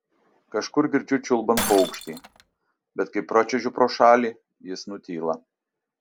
kažkur girdžiu čiulbant paukštį bet kai pračiuožiu pro šalį jis nutyla